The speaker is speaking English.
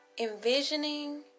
Envisioning